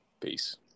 peace